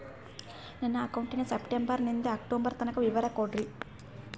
ನನ್ನ ಅಕೌಂಟಿನ ಸೆಪ್ಟೆಂಬರನಿಂದ ಅಕ್ಟೋಬರ್ ತನಕ ವಿವರ ಕೊಡ್ರಿ?